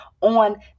on